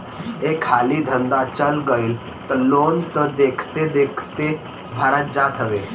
एक हाली धंधा चल गईल तअ लोन तअ देखते देखत भरा जात हवे